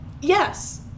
Yes